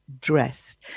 dressed